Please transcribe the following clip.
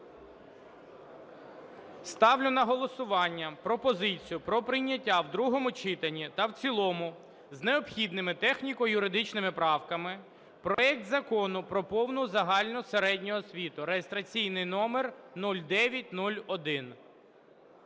Ставлю на голосування пропозицію про прийняття в другому читанні та в цілому з необхідними техніко-юридичними правками, проект Закону про повну загальну середню освіту (реєстраційний номер 0901).